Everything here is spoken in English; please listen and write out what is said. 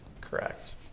Correct